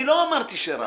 לא אמרתי שרק.